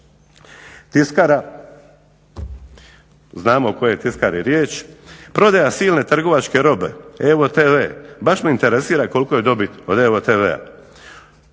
Tiskara znamo o kojoj je tiskari riječ. Prodaja silne trgovačke robe, EVO tv. Baš me interesira koliko je dobit od EVO tv-a.